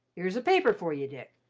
here's a paper for you, dick,